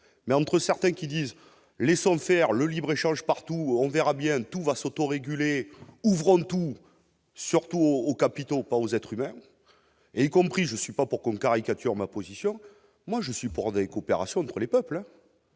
mais entre certains qui disent, laissant le faire le libre-échange, partout, on verra bien, tout va s'autoréguler ouvrons tout surtout aux capitaux pas aux être humains et y compris je suis pas pour qu'on ne caricature ma position, moi je suis pour découper rations pour les peuples.